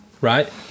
right